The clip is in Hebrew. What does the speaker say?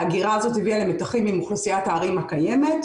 ההגירה הזאת הביאה למתחים עם אוכלוסיית ההרים הקיימת,